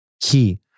key